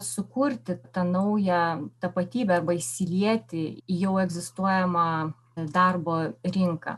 sukurti tą naują tapatybę arba įsilieti į jau egzistuojamą darbo rinką